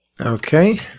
Okay